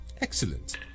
Excellent